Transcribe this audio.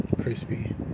crispy